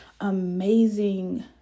amazing